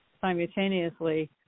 simultaneously